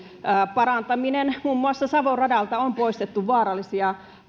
parantaminen muun muassa savon radalta on poistettu vaarallisia